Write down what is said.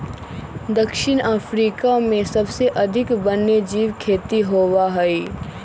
दक्षिण अफ्रीका में सबसे अधिक वन्यजीव खेती होबा हई